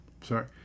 sorry